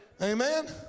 Amen